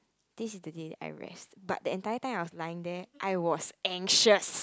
this is the day that I rest but the entire time that I was lying there I was anxious